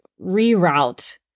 reroute